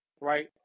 right